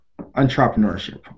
entrepreneurship